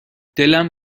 دلم